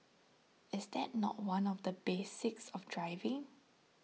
is that not one of the basics of driving